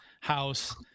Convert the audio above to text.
house